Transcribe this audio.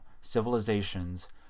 Civilizations